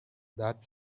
that